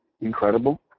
Incredible